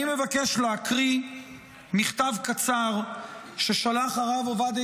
אני מבקש להקריא מכתב קצר ששלח הרב עובדיה